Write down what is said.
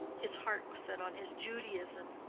his heart was set on his judaism.